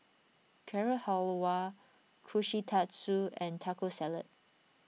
Carrot Halwa Kushikatsu and Taco Salad